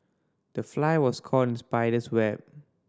the fly was caught in spider's web